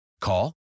Call